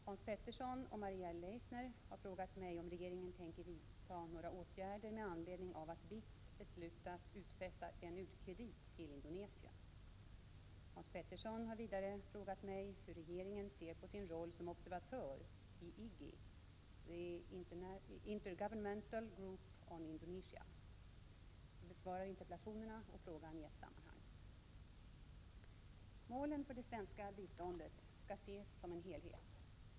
Hans Petersson i Hallstahammar och Maria Leissner har frågat mig om regeringen tänker vidta några åtgärder med anledning av att BITS beslutat utfästa en u-kredit till Indonesien. Hans Petersson har vidare frågat hur regeringen ser på sin roll som observatör i IGGI, the Inter-Governmental Group on Indonesia. Jag besvarar interpellationerna och frågan i ett sammanhang. Målen för det svenska biståndet skall ses som en helhet.